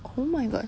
oh my god